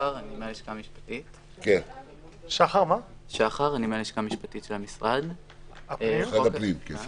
מהלשכה המשפטית של משרד הפנים.